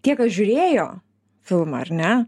tie kas žiūrėjo filmą ar ne